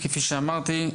כפי שאמרתי,